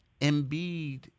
Embiid